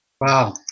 Wow